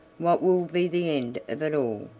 what will be the end of it all?